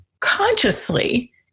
consciously